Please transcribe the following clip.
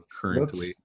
currently